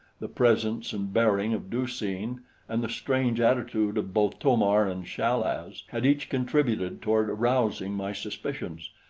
the presence and bearing of du-seen and the strange attitude of both to-mar and chal-az had each contributed toward arousing my suspicions,